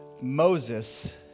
Moses